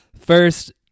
First